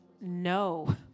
no